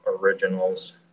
originals